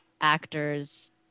actor's